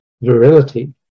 virility